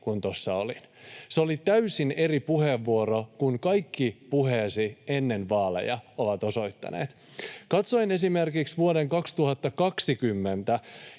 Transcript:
kun tuossa olin. Se oli täysin eri puheenvuoro kuin kaikki puheesi ennen vaaleja ovat osoittaneet. Katsoin esimerkiksi vuoden 2020,